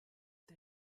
der